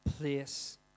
Place